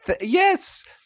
yes